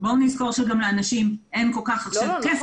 בואו נזכור שלאנשים אין כל כך עכשיו כסף --- נכון,